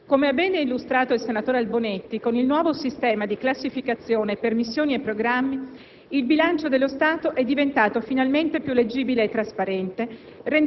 Ma anche perché si raccolgono i primi frutti dell'avvio del processo di riforma della sessione di bilancio, promosso dalle Commissioni bilancio di Camera e Senato, insieme al Governo.